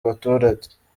abaturage